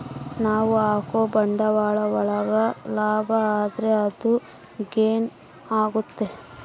ನಾವ್ ಹಾಕೋ ಬಂಡವಾಳ ಒಳಗ ಲಾಭ ಆದ್ರೆ ಅದು ಗೇನ್ ಆಗುತ್ತೆ